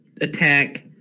attack